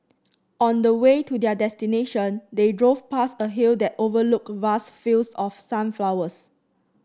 on the way to their destination they drove past a hill that overlooked vast fields of sunflowers